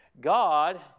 God